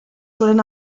suelen